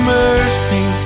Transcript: mercy